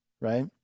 right